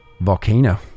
volcano